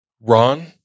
Ron